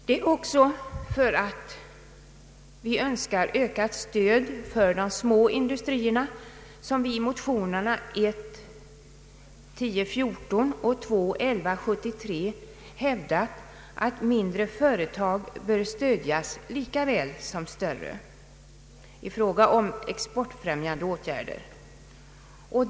Det är för att vi önskar ökat stöd för de mindre industrierna som vi i motionerna I: 1014 och II: 1173 hävdar att mindre företag bör stödjas lika väl som större i fråga om exportfrämjande åtgärder.